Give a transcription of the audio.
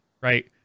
right